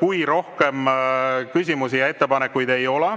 kui rohkem küsimusi ja ettepanekuid ei ole,